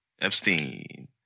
Epstein